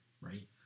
right